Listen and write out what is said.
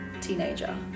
teenager